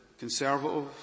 conservative